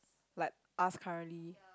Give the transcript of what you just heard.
like us currently